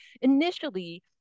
initially